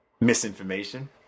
misinformation